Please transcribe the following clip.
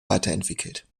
weiterentwickelt